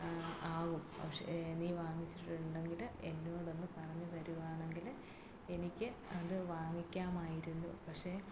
ആകും പക്ഷെ നീ വാങ്ങിച്ചിട്ടുണ്ടെങ്കിൽ എന്നോട് ഒന്ന് പറഞ്ഞു തരുകയാണെങ്കിൽ എനിക്ക് അത് വാങ്ങിക്കാമായിരുന്നു പക്ഷെ